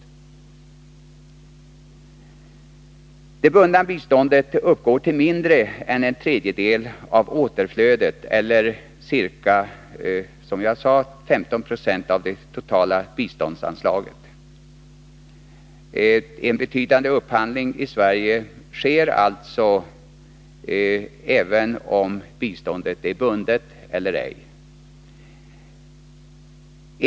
Återflödet av det bundna biståndet uppgår till mindre än en tredjedel av återflödet i dess helhet eller, som jag sade, till ca 15 96 av det totala biståndsanslaget. En betydande upphandling i Sverige sker alltså, oavsett om biståndet är bundet eller ej.